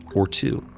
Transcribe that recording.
or two,